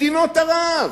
מדינות ערב: